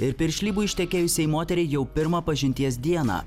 ir piršlybų ištekėjusiai moteriai jau pirmą pažinties dieną